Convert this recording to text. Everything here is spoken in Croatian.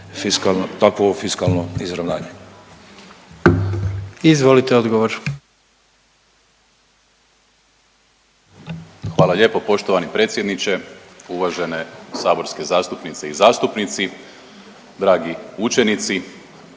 Izvolite odgovor. **Primorac, Marko** Hvala lijepo poštovani predsjedniče. Uvažene saborske zastupnice i zastupnici, dragi učenici,